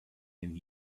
and